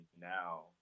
now